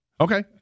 Okay